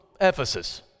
Ephesus